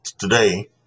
today